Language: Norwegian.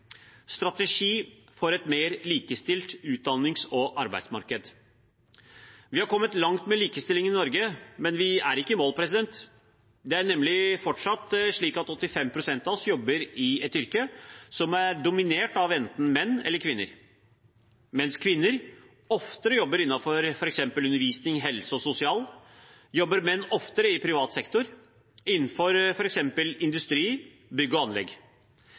strategi for et mer likestilt utdannings- og arbeidsmarked. Vi har kommet langt med likestillingen i Norge, men vi er ikke i mål. Det er nemlig fortsatt slik at 85 pst. av oss jobber i et yrke som er dominert av enten menn eller kvinner. Mens kvinner oftere jobber innenfor f.eks. undervisning, helse- og sosial, jobber menn oftere i privat sektor, innenfor f.eks. industri, bygg og anlegg.